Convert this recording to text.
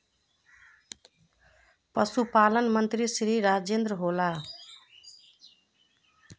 पशुपालन मंत्री श्री राजेन्द्र होला?